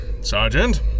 Sergeant